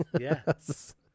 Yes